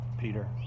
Peter